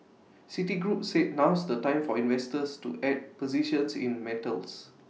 citigroup said now's the time for investors to add positions in metals